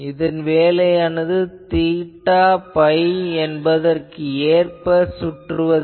இதன் வேலையானது theta phi என்பதற்கு ஏற்ப சுற்றுவதே